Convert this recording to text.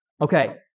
Okay